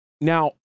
now